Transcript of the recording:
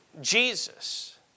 Jesus